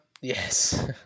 yes